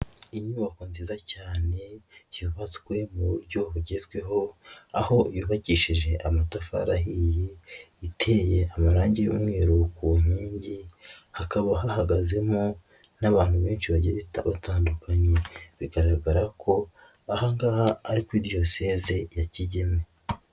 Inyubako nziza cyane yubatswe mu buryo bugezweho aho yubakishije amatafari ahiye, iteye amarangi y'umweru ku nkingi hakaba hahagazemo n'abantu benshi bagiye batandukanye bigaragara ko aha ngaha ari kuri diyoseze ya Kigeme.